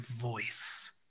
voice